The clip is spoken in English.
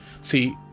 See